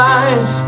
eyes